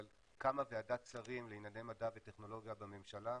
אבל קמה ועדת שרים לענייני מדע וטכנולוגיה בממשלה.